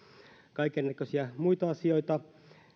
kaikennäköisiä muita asioita niin